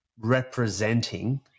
representing